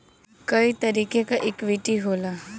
कई तरीके क इक्वीटी होला